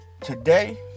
Today